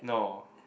no